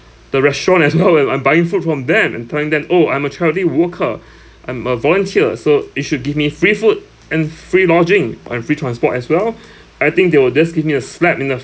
the restaurant as well when I'm buying food from them and telling them oh I'm a charity worker I'm a volunteer so you should give me free food and free lodging and free transport as well I think they will just give me a slap in the